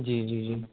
جی جی جی